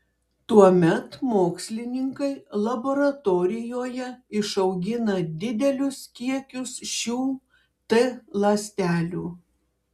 tuomet mokslininkai laboratorijoje išaugina didelius kiekius šių t ląstelių